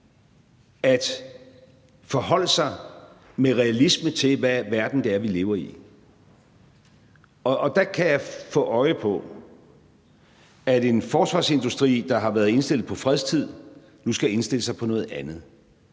at forholde mig med realisme til, hvilken verden det er, vi lever i, og der kan jeg få øje på, at en forsvarsindustri, der har været indstillet på fredstid, nu skal indstille sig på noget andet.